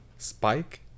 Spike